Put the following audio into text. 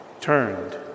turned